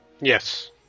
Yes